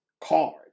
card